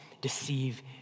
deceive